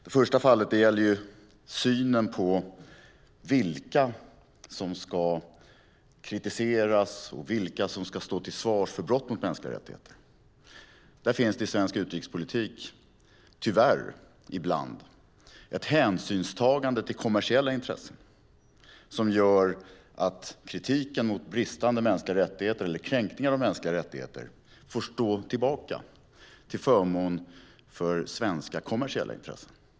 Det första fallet gäller synen på vilka som ska kritiseras och vilka som ska stå till svars för brott mot mänskliga rättigheter. Det finns i svensk utrikespolitik tyvärr ibland ett hänsynstagande till kommersiella intressen som gör att kritiken mot kränkningar av mänskliga rättigheter får stå tillbaka till förmån för svenska kommersiella intressen.